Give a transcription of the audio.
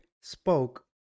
spoke